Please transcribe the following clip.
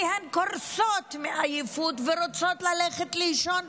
כי הן קורסות מעייפות ורוצות ללכת לישון.